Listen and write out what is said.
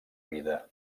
vida